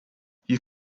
you